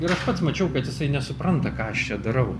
ir pats mačiau kad jisai nesupranta ką aš čia darau